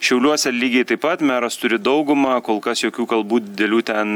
šiauliuose lygiai taip pat meras turi daugumą kol kas jokių kalbų didelių ten